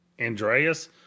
Andreas